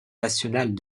nationale